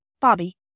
Bobby